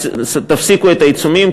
תפסיקו את העיצומים,